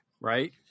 right